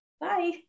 Bye